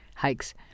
hikes